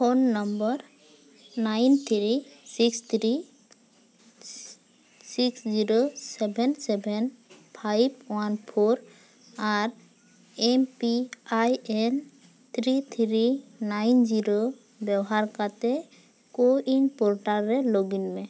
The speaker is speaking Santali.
phone number nine three six three six zero seven seven five one four ᱟᱨ M P I N three three nine zero ᱵᱮᱵᱚᱦᱟᱨ ᱠᱟᱛᱮᱫ ᱠᱳᱼᱩᱭᱤᱱ ᱯᱳᱨᱴᱟᱞ ᱨᱮ ᱞᱚᱜᱤᱱ ᱢᱮ